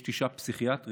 יש תשעה פסיכיאטרים.